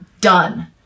done